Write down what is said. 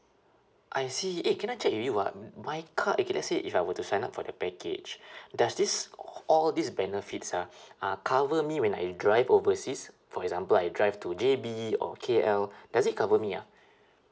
I see eh can I check with you ah my car okay let's say if I were to sign up for the package does this all these benefits ah uh cover me when I drive overseas for example I drive to J_B or K_L does it cover me ah